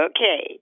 Okay